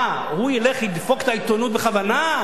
מה, הוא ילך ידפוק את העיתונות בכוונה?